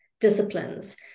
disciplines